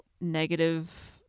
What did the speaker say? negative